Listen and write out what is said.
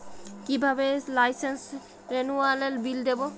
কিভাবে লাইসেন্স রেনুয়ালের বিল দেবো?